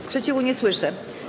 Sprzeciwu nie słyszę.